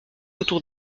autour